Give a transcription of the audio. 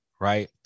right